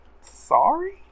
Sorry